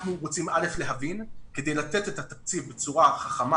אנחנו רוצים להבין כדי לתת את התקציב בצורה חכמה